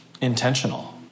intentional